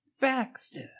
Baxter